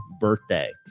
birthday